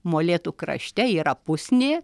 molėtų krašte yra pusnė